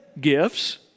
gifts